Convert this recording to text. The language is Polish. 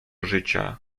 życia